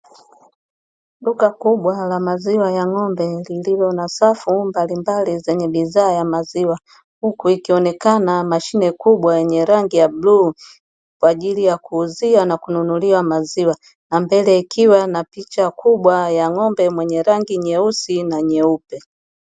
Duka kubwa la maziwa ya ng`ombe lililo na safu mbalimbali, zenye bidhaa ya maziwa huku ikionekana mashine kubwa yenye rangi ya bluu kwa ajili ya kuuzia na kununulia maziwa na mbele ikiwa na picha kubwa ya ng`ombe mwenye rangi nyeupe na nyeusi.